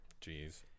Jeez